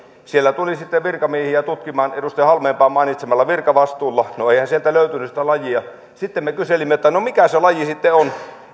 sinne tuli sitten virkamiehiä tutkimaan edustaja halmeenpään mainitsemalla virkavastuulla no eihän sieltä löytynyt sitä lajia sitten me kyselimme että no mikä se laji sitten on